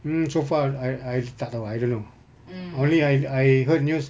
um so far I I tak tahu I don't know only I I heard news